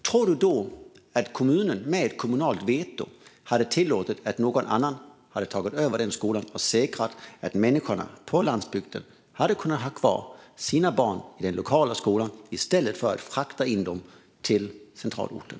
Tror ledamoten att kommunen med kommunalt veto hade låtit någon annan ta över den skolan och säkra att människorna på landsbygden hade kunnat ha kvar sina barn i den lokala skolan i stället att frakta dem till centralorten?